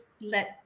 let